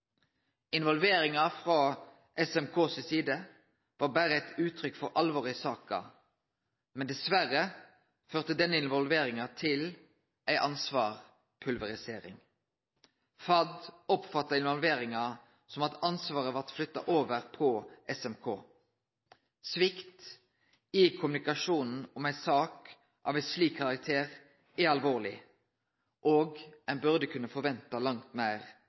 Involveringa frå SMK si side var berre eit uttrykk for alvoret i saka, men dessverre førte denne involveringa til ei ansvarspulverisering. FAD oppfatta involveringa som at ansvaret blei flytta over til SMK. Svikt i kommunikasjonen om ei sak av ein slik karakter er alvorleg, og ein burde kunne forvente langt meir